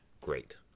great